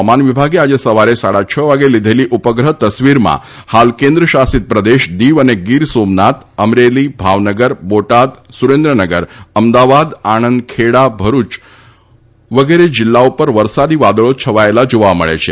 હવામાન વિભાગે આજે સવારે સાડા છ વાગે લીધેલી ઉપગ્રહ તસવીરમાં ફાલ કેન્દ્ર શાસિત પ્રદેશ દીવ અને ગીર સોમનાથ અમરેલી ભાવનગર બોટાદ સુરેન્દ્રનગર અમદાવાદ આણંદ ખેડા ભરૂચ વડોદરા સુરત વગેરે જિલ્લાઓ પર વરસાદી વાદળો છવાયેલાં જોવા મળે છે